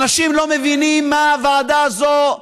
אנשים לא מבינים מה הוועדה הזאת,